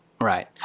Right